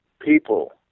people